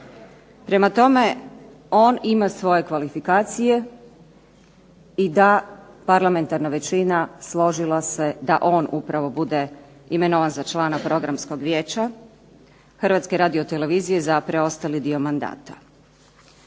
Prema tome, on ima svoje kvalifikacije i da, parlamentarna većina složila se da on upravo bude imenovan za člana Programskog vijeća Hrvatske radiotelevizije za preostali dio mandata.